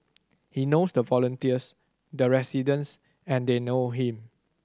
he knows the volunteers the residents and they know him